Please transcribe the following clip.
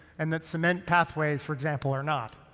and that cement pathways, for example, are not.